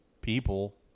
people